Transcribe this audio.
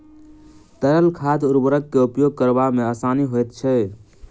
तरल खाद उर्वरक के उपयोग करबा मे आसानी होइत छै